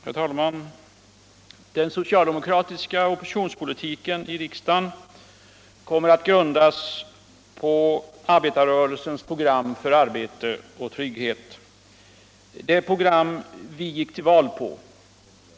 Herr talman! Den socialdemokratiska oppositionspolitiken i riksdagen kommer att grundas på arbetarrörelsens program för arbete och trygghet, det program vi gick tull val på.